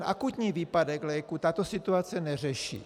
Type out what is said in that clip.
Akutní výpadek léků tato situace ovšem neřeší.